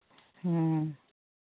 हाँ